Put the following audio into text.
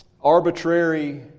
arbitrary